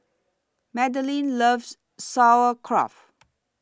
Magdalene loves Sauerkraut